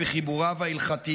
הרעבים והצמאים